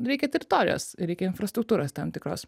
reikia teritorijos reikia infrastruktūros tam tikros